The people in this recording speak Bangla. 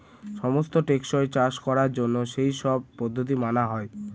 সমস্ত টেকসই চাষ করার জন্য সেই সব পদ্ধতি মানা হয়